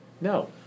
No